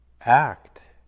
act